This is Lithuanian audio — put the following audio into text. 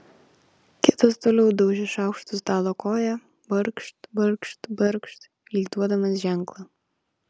kitas toliau daužė šaukštu stalo koją barkšt barkšt barkšt lyg duodamas ženklą